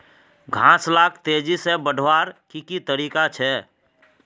घास लाक तेजी से बढ़वार की की तरीका छे?